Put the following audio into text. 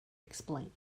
explained